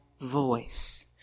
voice